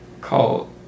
call